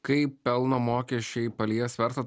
kaip pelno mokesčiai palies verslą